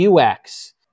UX